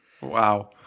wow